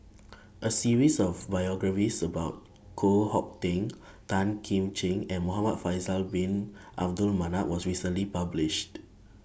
A series of biographies about Koh Hong Teng Tan Kim Ching and Muhamad Faisal Bin Abdul Manap was recently published